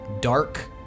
dark